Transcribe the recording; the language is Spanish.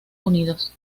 unidos